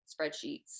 spreadsheets